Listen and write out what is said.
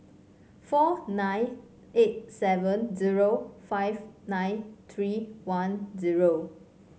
four nine eight seven zero five nine tree one zero